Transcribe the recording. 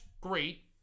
great